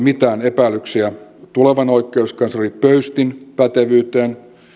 mitään epäilyksiä tulevan oikeuskansleri pöystin pätevyyden suhteen